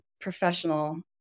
professional